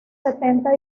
setenta